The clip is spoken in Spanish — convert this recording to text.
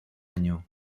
año